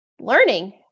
learning